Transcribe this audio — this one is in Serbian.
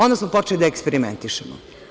Onda smo počeli da eksperimentišemo.